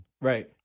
Right